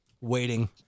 Waiting